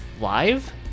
live